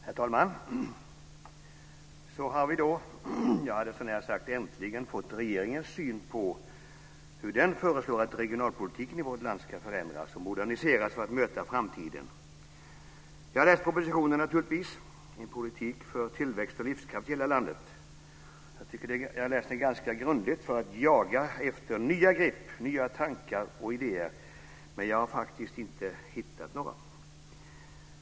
Herr talman! Så har vi då - jag hade så när sagt äntligen - fått regeringens syn på hur den föreslår att regionalpolitiken i vårt land ska förändras och moderniseras för att möta framtiden. Jag har naturligtvis läst propositionen En politik för tillväxt och livskraft i hela landet. Jag har läst den ganska grundligt för att jaga efter nya grepp och nya tankar och idéer, men jag har faktiskt inte hittat några.